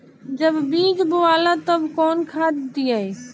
जब बीज बोवाला तब कौन खाद दियाई?